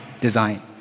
design